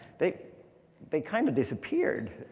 they they kind of disappeared.